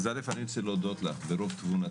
אז קודם כל אני רוצה להודות לך ברוב תבונתך